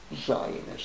Zionists